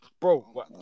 bro